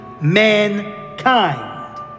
mankind